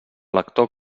lector